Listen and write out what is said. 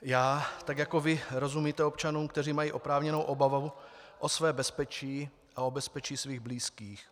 Já tak jako vy rozumíte občanům, kteří mají oprávněnou obavu o své bezpečí a o bezpečí svých blízkých.